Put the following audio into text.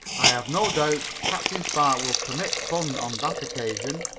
i have no doubt captain spark will permit fun on that occasion.